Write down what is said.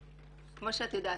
כמו שאת יודעת,